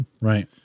Right